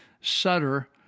Sutter